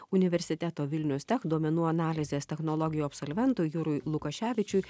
universiteto vilnius tech duomenų analizės technologijų absolventui jurui lukoševičiui